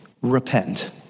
Repent